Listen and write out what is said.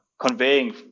conveying